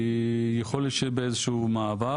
יכול להיות שבאיזשהו מעבר,